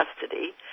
custody